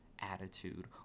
attitude